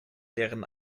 deren